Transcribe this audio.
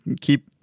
keep